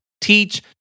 teach